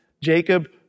Jacob